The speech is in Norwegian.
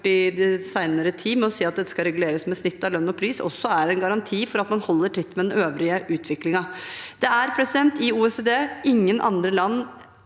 den senere tid, med å si at dette skal reguleres med snitt av lønn og pris, også er en garanti for at man holder tritt med den øvrige utviklingen. Det er ingen andre land